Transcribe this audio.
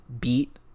beat